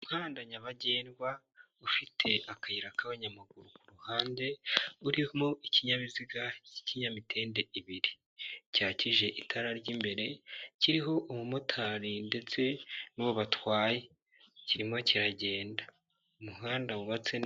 Umuhanda nyabagendwa ufite akayira k'abanyamaguru ku ruhande, urimo ikinyabiziga k'ikinyamitende ibiri, cyakije itara ry'imbere, kiriho umumotari ndetse n'uwo batwaye kirimo kiragenda, umuhanda wubatse neza.